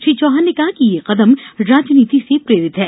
श्री चौहान ने कहा कि यह कदम राजनीति से प्रेरित है